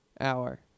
hour